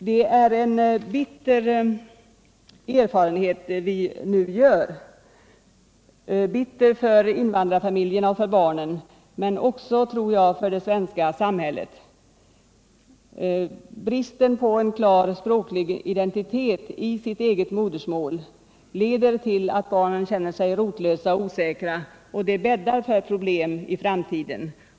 Detta är en bitter erfarenhet som vi har fått göra, bitter för invandrarfamiljerna och deras barn, men jag tror också bitter för det svenska samhället. Bristen på en klar språklig identitet i sitt eget modersmål leder till att barnen känner sig rotlösa och osäkra, och detta bäddar för problem i framtiden.